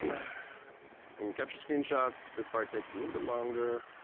i mean captured screen shots. this part takes a little bit longer,